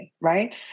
Right